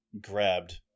grabbed